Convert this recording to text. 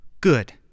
Good